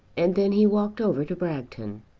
and then he walked over to bragton.